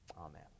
Amen